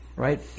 Right